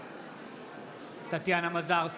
בעד טטיאנה מזרסקי,